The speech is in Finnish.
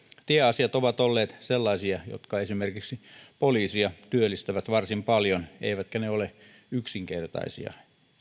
tieasiat ovat olleet sellaisia jotka esimerkiksi poliisia työllistävät varsin paljon eivätkä ne ole yksinkertaisia